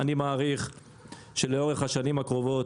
אני מעריך שלאורך השנים הקרובות,